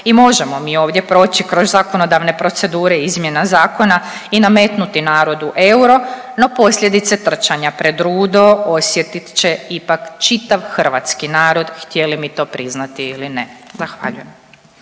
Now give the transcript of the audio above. i možemo mi ovdje proći kroz zakonodavne procedure izmjena zakona i nametnuti narodu euro, no posljedice trčanja pred rudo osjetit će ipak čitav hrvatski narod, htjeli mi to priznati ili ne. Zahvaljujem.